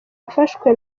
yafashwe